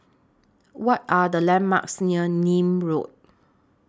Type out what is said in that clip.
What Are The landmarks near Nim Road